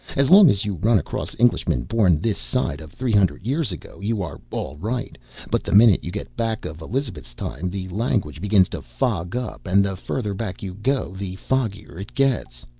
as long as you run across englishmen born this side of three hundred years ago, you are all right but the minute you get back of elizabeth's time the language begins to fog up, and the further back you go the foggier it gets.